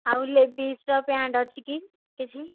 ଆଉ ଲେଡ଼ିସ୍ର ପ୍ୟାଣ୍ଟ ଅଛି କି କିଛି